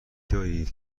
دارید